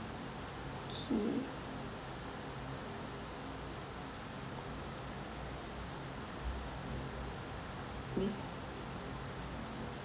okay vis~